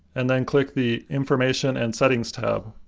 and then click the information and settings tab.